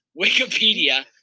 Wikipedia